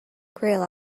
grill